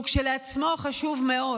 שהוא כשלעצמו חשוב מאוד,